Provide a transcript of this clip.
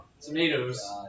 Tomatoes